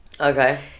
okay